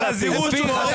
מבקש,